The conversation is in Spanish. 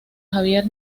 javier